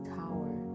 tower